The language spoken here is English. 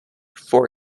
for